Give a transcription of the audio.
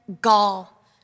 gall